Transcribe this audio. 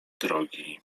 drogi